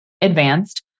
advanced